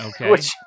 Okay